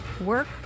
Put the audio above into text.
Work